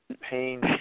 pain